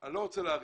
אני לא רוצה להאריך,